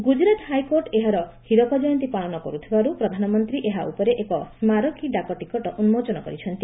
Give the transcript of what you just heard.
Gujarat high court ଏହାର ହୀରକ ଜୟନ୍ତୀ ପାଳନ କରୁଥିବାରୁ ପ୍ରଧାନମନ୍ତ୍ରୀ ଏହା ଉପରେ ଏକ ସ୍କାରକୀ ଡାକ ଟିକଟ ଉନ୍ତୋଚନ କରିଛନ୍ତି